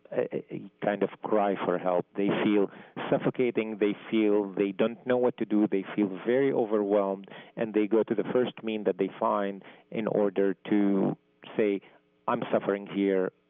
kind of cry for help. they feel suffocating. they feel they don't know what to do. they feel very overwhelmed and they go to the first means that they find in order to say i'm suffering here,